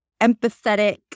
empathetic